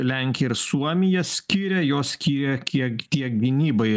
lenkija ir suomija skiria jos skyrė kiek kiek gynybai